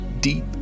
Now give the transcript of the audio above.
deep